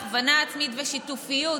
הכוונה עצמית ושיתופיות,